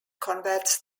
converts